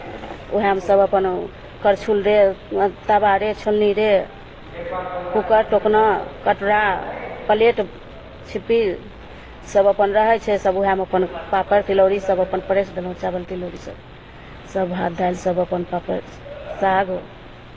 उएहमे सभ अपन करछुल रे तवा रे छोलनी रे कूकर टोकना कटोरा प्लेट छिप्पी सभ अपन रहै छै सभ उएहमे अपन पापड़ तिलौरी सभ अपन परसि देलहुँ चावल तिलौरी सभ सभ भात दालि सभ अपन पापड़ साग